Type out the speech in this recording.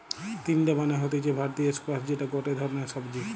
তিনডা মানে হতিছে ভারতীয় স্কোয়াশ যেটা গটে ধরণের সবজি